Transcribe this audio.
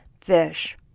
fish